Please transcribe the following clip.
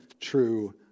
true